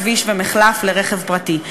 כביש ומחלף לרכב פרטי?